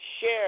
share